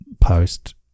post